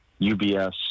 UBS